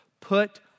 Put